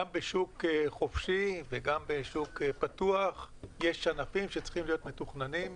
גם בשוק חופשי וגם בשוק פתוח יש ענפים שצריכים להיות מתוכננים,